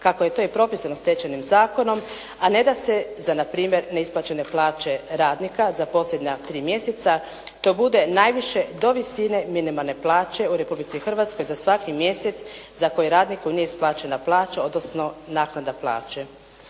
kako je to i propisano Stečajnim zakonom, a ne da se za na primjer neisplaćene plaće radnika za posljednja tri mjeseca to bude najviše do visine minimalne plaće u Republici Hrvatskoj za svaki mjesec za koji radniku nije isplaćena plaća, odnosno naknada plaće.